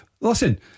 Listen